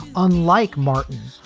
unlike martin,